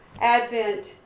Advent